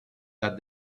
that